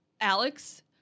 Alex